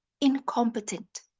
incompetent